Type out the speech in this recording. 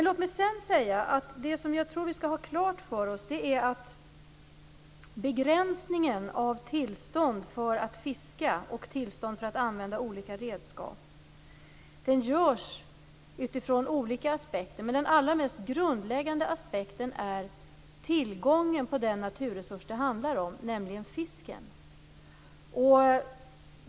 Vi skall ha klart för oss att begränsningen av tillstånd för att fiska och använda olika redskap görs utifrån olika aspekter men att den allra mest grundläggande aspekten är tillgången på den naturresurs det handlar om, nämligen fisken.